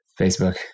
Facebook